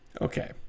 Okay